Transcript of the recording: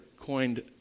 coined